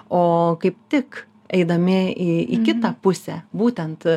o kaip tik eidami į į kitą pusę būtent